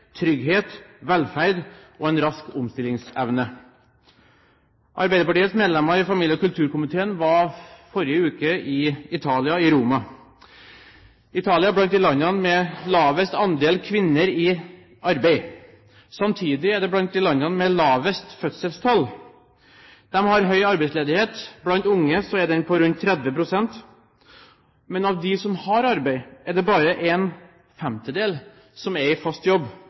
trygghet, velferd og en rask omstillingsevne. Arbeiderpartiets medlemmer i familie- og kulturkomiteen var forrige uke i Italia, i Roma. Italia er blant de landene med lavest andel kvinner i arbeid. Samtidig er det blant de landene med lavest fødselstall. De har høy arbeidsledighet; blant unge er den på rundt 30 pst. Men av dem som har arbeid, er det bare en femtedel som er i fast jobb.